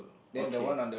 okay